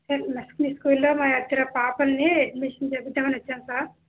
next మీ school లో మా ఇద్దరు పాపల్ని అడ్మిషన్ చేయిద్దామని వచ్చాను సార్